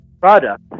product